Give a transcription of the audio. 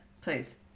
please